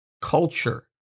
culture